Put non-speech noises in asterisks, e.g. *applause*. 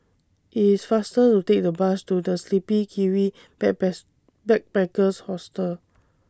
IT IS faster to Take The Bus to The Sleepy Kiwi *unintelligible* Backpackers Hostel